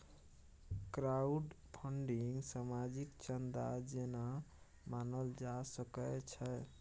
crowdfunding सामाजिक चन्दा जेना मानल जा सकै छै